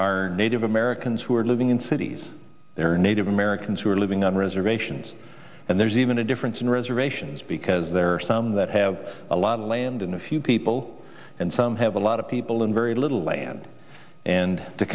are native americans who are living in cities there are native americans who are living on reservations and there's even a difference in reservations because there are some that have a lot of land and a few people and some have a lot of people and very little land and to